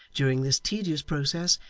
during this tedious process,